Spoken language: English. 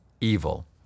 evil